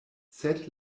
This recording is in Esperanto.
sed